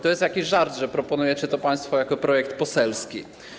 To jest jakiś żart, że proponujecie to państwo jako projekt poselski.